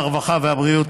הרווחה והבריאות,